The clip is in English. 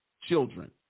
children